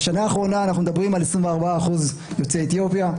בשנה האחרונה אנחנו מדברים על 24% יוצאי אתיופיה,